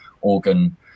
organ